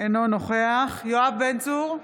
אינו נוכח יואב בן צור,